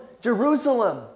Jerusalem